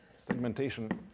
segmentation